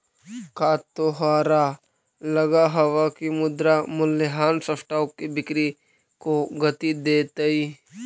का तोहरा लगअ हवअ की मुद्रा मूल्यह्रास स्टॉक की बिक्री को गती देतई